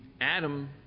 Adam